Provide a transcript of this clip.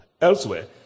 Elsewhere